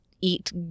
eat